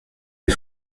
des